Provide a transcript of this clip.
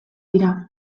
dira